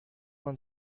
man